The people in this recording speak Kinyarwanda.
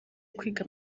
kwiga